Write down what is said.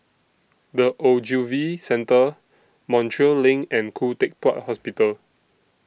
The Ogilvy Centre Montreal LINK and Khoo Teck Puat Hospital